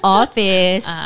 office